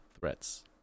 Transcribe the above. threats